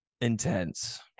Intense